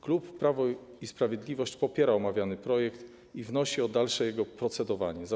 Klub Prawo i Sprawiedliwość popiera omawiany projekt i wnosi o dalsze procedowanie nad nim.